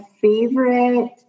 favorite